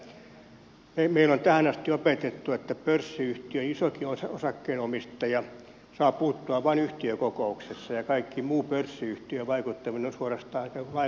meille on tähän asti opetettu että pörssiyhtiön isokin osakkeenomistaja saa puuttua vain yhtiökokouksessa ja kaikki muu pörssiyhtiövaikuttaminen on suorastaan lainvastaista